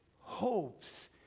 hopes